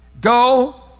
Go